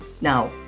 Now